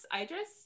idris